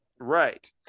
Right